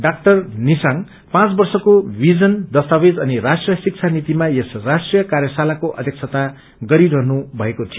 doctor Nishank पाँच वर्षको vision दस्तावेज अनि राष्ट्रीय शिक्षा नीतिमा यस राष्ट्रीय कार्याशालाको अध्यक्षता गरिरहनु भएको थियो